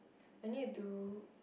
I need to do